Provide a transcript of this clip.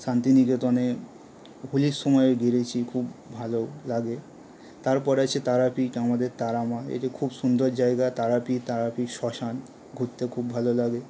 শান্তিনিকেতনে হোলির সময়ে গিয়েছি খুব ভালো লাগে তারপর আছে তারাপীঠ আমাদের তারা মা এটা খুব সুন্দর জায়গা তারাপীঠ তারাপীঠ শ্মশান ঘুরতেও খুব ভালো লাগে